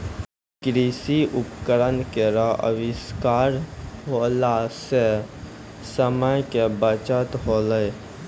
कृषि उपकरण केरो आविष्कार होला सें समय के बचत होलै